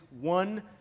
one